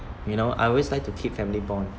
you know I always like to keep family bond